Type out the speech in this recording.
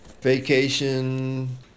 vacation